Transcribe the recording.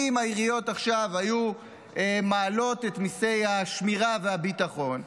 אם העיריות היו מעלות עכשיו את מיסי השמירה והביטחון,